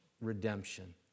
redemption